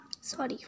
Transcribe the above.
Sorry